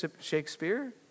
Shakespeare